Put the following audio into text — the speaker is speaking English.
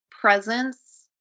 presence